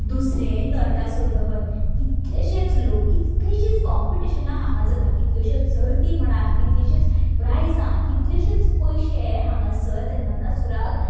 दुसरें नरकासूर दहन कितलेशेच लोक कितलेशीच कोमपिटीशनां हांगां जातात कितल्योश्योच सर्ती म्हणा कितलीशीच प्रायजां कितल्योशेच पयशे हांगासर ते नरकासूराक